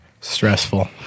Stressful